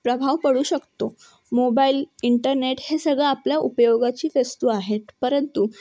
प्रभाव पडू शकतो मोबाईल इंटरनेट हे सगळं आपल्या उपयोगाची वस्तू आहेत परंतु